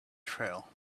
trail